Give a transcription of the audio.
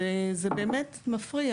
וזה באמת מפריע.